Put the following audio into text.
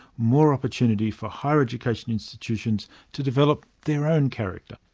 more opportunity for higher education institutions to develop their own character.